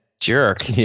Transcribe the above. Jerk